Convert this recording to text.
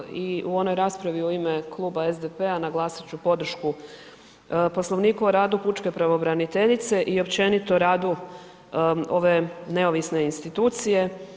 Naravno, kao i u onoj raspravi u ime Kluba SDP-a naglasit ću podršku poslovniku o radu pučke pravobraniteljice i općenito radu ove neovisne institucije.